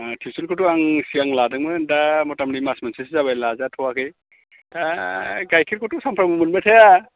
टिउसनखौथ' आं सिगां लादोंमोन दा मटा मटि मास मोनसेसो जाबाय लाजाथ'वाखै दा गाइखेरखौथ' सामफ्रामबो मोनबाय थाया